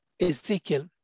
Ezekiel